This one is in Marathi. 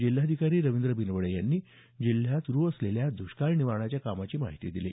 जिल्हाधिकारी रवींद्र बिनवडे यांनी जिल्ह्यात सुरु असलेल्या दष्काळ निवारणाच्या कामाविषयी माहिती दिली